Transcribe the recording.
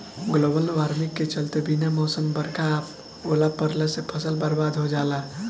global warming के चलते बिना मौसम बरखा आ ओला पड़ला से फसल बरबाद हो जाला